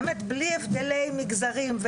באמת בלי הבדלי מגזרים,